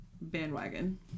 bandwagon